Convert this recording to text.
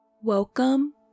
Welcome